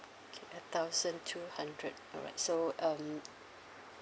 okay a thousand two hundred alright so um